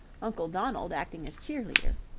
uncle donald acting as cheer-leader.